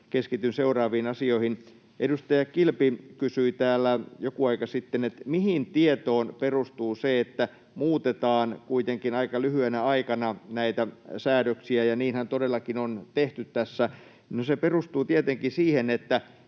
keskityn seuraaviin asioihin: Edustaja Kilpi kysyi täällä joku aika sitten, mihin tietoon perustuu se, että muutetaan kuitenkin aika lyhyenä aikana näitä säädöksiä, ja niinhän todellakin on tehty tässä. No, se perustuu tietenkin siihen, että